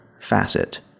facet